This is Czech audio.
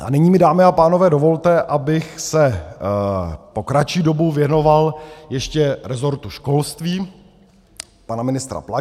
A nyní mi, dámy a pánové, dovolte, abych se po kratší dobu věnoval ještě rezortu školství pana ministra Plagy.